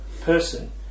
person